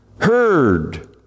heard